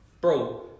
bro